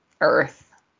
Earth